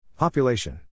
Population